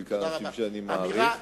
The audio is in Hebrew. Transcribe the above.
בעיקר אנשים שאני מעריך.